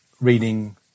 reading